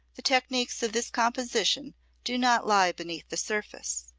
the technics of this composition do not lie beneath the surface.